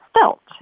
felt